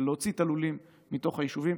להוציא את הלולים מתוך היישובים.